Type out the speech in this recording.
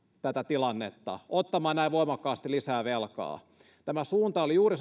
tätä tilannetta ottamaan näin voimakkaasti lisää velkaa tämä suunta oli juuri